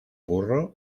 burro